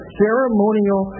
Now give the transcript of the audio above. ceremonial